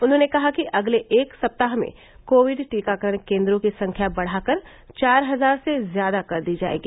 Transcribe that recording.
उन्होंने कहा कि अगले एक सप्ताह में कोविड टीकाकरण केन्द्रों की संख्या बढ़ाकर चार हजार से ज्यादा कर दी जाएगी